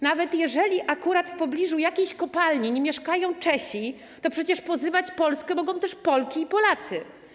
Nawet jeżeli akurat w pobliżu jakiejś kopalni nie mieszkają Czesi, to przecież pozywać Polskę mogą też Polki i Polacy.